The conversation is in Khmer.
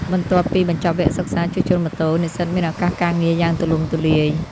បន្ទាប់ពីបញ្ចប់វគ្គសិក្សាជួសជុលម៉ូតូ និស្សិតមានឱកាសការងារយ៉ាងទូលំទូលាយ។